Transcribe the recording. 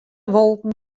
wolken